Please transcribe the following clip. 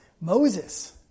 Moses